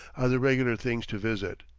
are the regular things to visit.